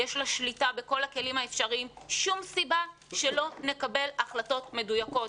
יש לה שליטה בכל הכלים האפשריים ואין סיבה שלא נקבל החלטות מדויקות,